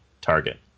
target